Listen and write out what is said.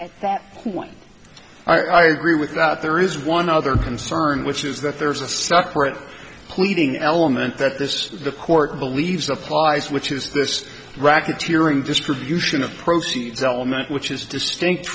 that point i agree with out there is one other concern which is that there's a stock or at pleading element that this the court believes applies which is this racketeering distribution of proceeds element which is distinct